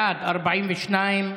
בעד, 42,